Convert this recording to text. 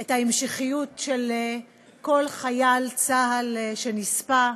את ההמשכיות של כל חייל צה"ל שנספה,